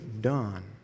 done